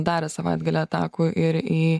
darė savaitgalį atakų ir į